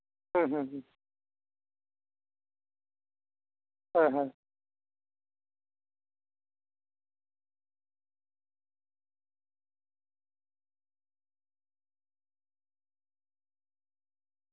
ᱦᱩᱸ ᱦᱩᱸ ᱦᱩᱸ ᱦᱩᱸ ᱦᱩᱸ